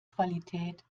qualität